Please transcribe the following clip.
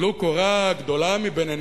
טלו קורה גדולה מבין עיניכם,